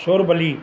ਸੁਰ ਬਲੀ